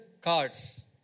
cards